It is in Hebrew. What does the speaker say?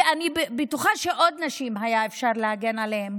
ואני בטוחה שיש עוד נשים שהיה אפשר להגן עליהן.